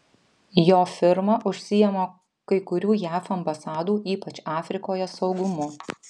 jo firma užsiima kai kurių jav ambasadų ypač afrikoje saugumu